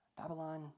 Babylon